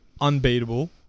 unbeatable